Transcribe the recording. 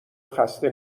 خسته